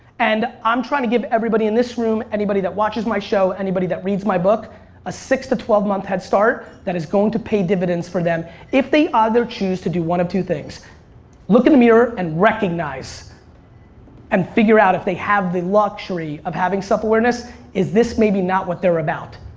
and i'm trying to give everybody in this room, anybody that watches my show, anybody the reads my book a six to twelve month head start that is going to pay dividends for them if they either choose to do one of two things look in the mirror and recognize and figure out if they have the luxury of having self-awareness is this maybe not what they're about.